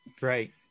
Right